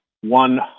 one